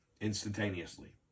instantaneously